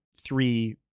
three